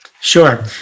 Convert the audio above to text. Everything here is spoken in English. Sure